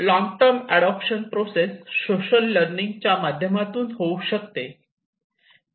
long term adoption process social learning च्या माध्यमातून होऊ शकते